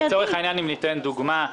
אני אתן דוגמה.